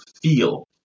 feel